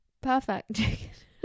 Perfect